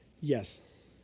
Yes